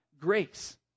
grace